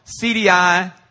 CDI